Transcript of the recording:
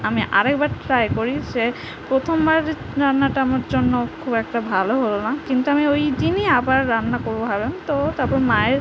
আমি আরেকবার ট্রাই করি সে প্রথমবার রান্নাটা আমার জন্য খুব একটা ভালো হলো না কিন্তু আমি ওই দিনই আবার রান্না করবো ভাবলাম তো তারপর মায়ের